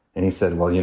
and he said, well, you